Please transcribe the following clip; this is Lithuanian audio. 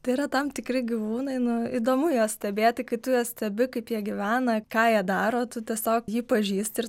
tai yra tam tikri gyvūnai nu įdomu juos stebėti kai tu juos stebi kaip jie gyvena ką jie daro tu tiesiog jį pažįsti ir